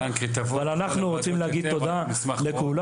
אבל אנחנו רוצים להגיד תודה לכולם,